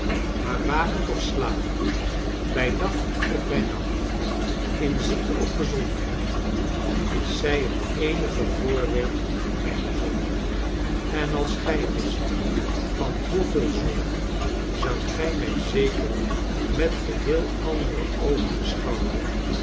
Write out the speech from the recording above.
maar wakend of slapend bij dag of bij nacht in ziekte of gezondheid is zij heteenige voorwerp mijner zorg en als gij wist van hoeveel zorg zoudt gij mij zeker met geheel andere oogen beschouwen